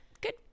good